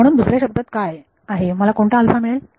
म्हणून दुसऱ्या शब्दात काय आहे मला कोणता मिळेल